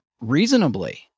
reasonably